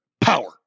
Power